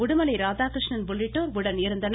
உடுமலை ராதாகிருஷ்ணன் உள்ளிட்டோர் உடனிருந்தனர்